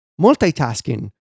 multitasking